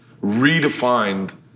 redefined